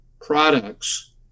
products